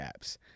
apps